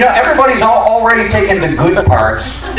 everybody already ah